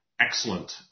Excellent